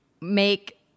make